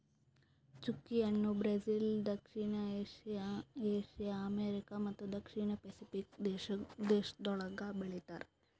ಚ್ಚುಕಿ ಹಣ್ಣ ಬ್ರೆಜಿಲ್, ದಕ್ಷಿಣ ಏಷ್ಯಾ, ಏಷ್ಯಾ, ಅಮೆರಿಕಾ ಮತ್ತ ದಕ್ಷಿಣ ಪೆಸಿಫಿಕ್ ದೇಶಗೊಳ್ದಾಗ್ ಬೆಳಿತಾರ್